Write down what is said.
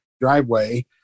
driveway